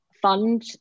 Fund